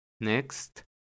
Next